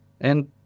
And